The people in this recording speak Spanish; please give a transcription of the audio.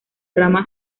rama